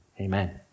Amen